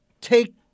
take